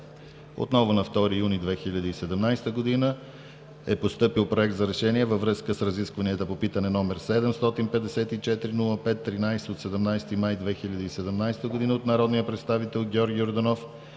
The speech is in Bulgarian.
На 2 юни 2017 г. е постъпил Проект за решение във връзка с разискванията по питане № 754-05-13 от 17 май 2017 г. от народния представител Георги Йорданов